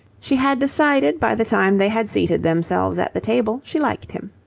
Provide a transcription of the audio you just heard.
she had decided by the time they had seated themselves at the table she liked him.